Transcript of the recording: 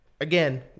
again